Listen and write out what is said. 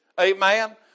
amen